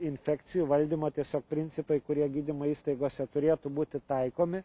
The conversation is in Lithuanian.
infekcijų valdymo tiesiog principai kurie gydymo įstaigose turėtų būti taikomi